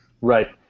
Right